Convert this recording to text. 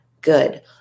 good